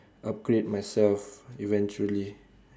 upgrade myself eventually